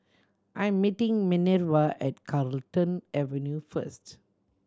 I'm meeting Manerva at Carlton Avenue first